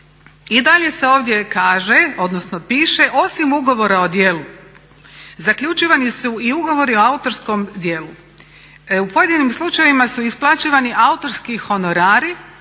I dalje se ovdje kaže, odnosno piše, osim ugovora o djelu zaključivani su i ugovori o autorskom djelu. U pojedinim slučajevima su isplaćivani autorski honorari